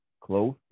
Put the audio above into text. close